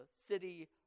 city